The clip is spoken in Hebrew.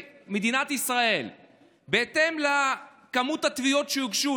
מדינת ישראל ובהתאם לכמות התביעות שהוגשו,